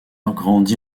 grandit